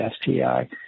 STI